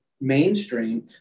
mainstream